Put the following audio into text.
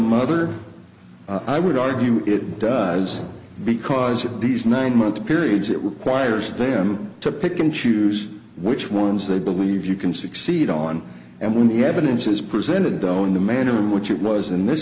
mother i would argue it does because of these nine month periods it would choir's them to pick and choose which ones they believe you can succeed on and when the evidence is presented down in the manner in which it was in this